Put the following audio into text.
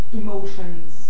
emotions